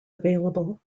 available